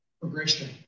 Progression